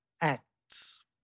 Acts